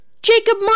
Jacob